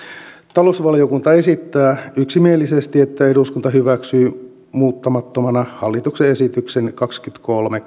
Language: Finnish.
talousvaliokunta esittää yksimielisesti että eduskunta hyväksyy muuttamattomana hallituksen esityksen kaksikymmentäkolme